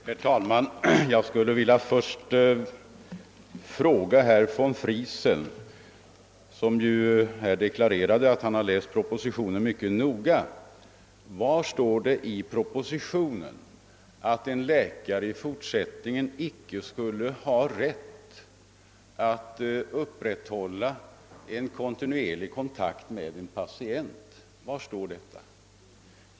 Herr talman! Jag skulle först vilja fråga herr von Friesen, som ju här deklarerade att han har läst propositionen mycket noga: Var står det i propositionen att en läkare i fortsättningen icke skulle ha rätt att upprätthålla en kontinuerlig kontakt med en patient?